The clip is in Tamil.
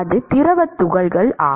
அது திரவ துகள்கள் ஆகும்